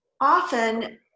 often